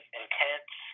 intense